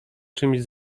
czymś